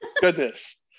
goodness